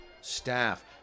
staff